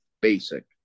basic